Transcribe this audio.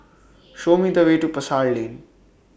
Show Me The Way to Pasar Lane